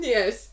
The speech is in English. Yes